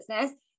business